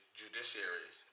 judiciary